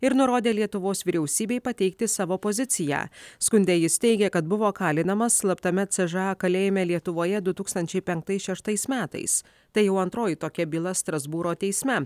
ir nurodė lietuvos vyriausybei pateikti savo poziciją skunde jis teigia kad buvo kalinamas slaptame ce že a kalėjime lietuvoje du tūkstančiai penktais šeštais metais tai jau antroji tokia byla strasbūro teisme